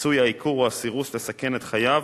עשוי העיקור או הסירוס לסכן את חייו